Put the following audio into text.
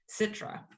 Citra